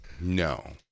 No